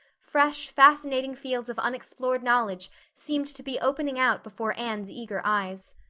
fresh, fascinating fields of unexplored knowledge seemed to be opening out before anne's eager eyes.